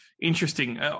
Interesting